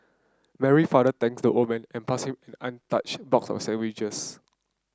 Mary father thanked the old man and passed him an untouched box of sandwiches